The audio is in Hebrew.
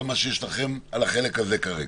עם מה שיש לכם על החלק הזה כרגע.